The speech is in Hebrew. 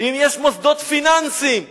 אם יש מוסדות פיננסיים עצמאיים,